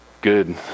good